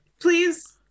please